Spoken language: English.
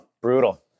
brutal